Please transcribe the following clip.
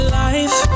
life